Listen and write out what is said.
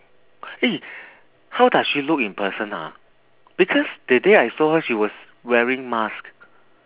eh how does she look in person ah because that day I saw her she was wearing mask